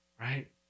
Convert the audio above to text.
Right